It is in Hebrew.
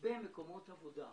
הרבה מקומות עבודה.